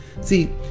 see